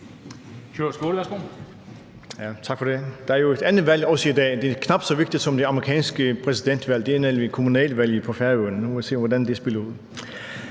Der er jo også et valg i dag – det er knap så vigtigt som det amerikanske præsidentvalg, det er nemlig kommunalvalget på Færøerne, men nu må vi se, hvordan det kommer til